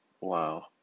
wow